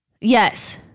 Yes